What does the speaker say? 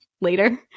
later